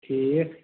ٹھیٖک